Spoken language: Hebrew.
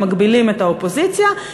שמגבילים את האופוזיציה,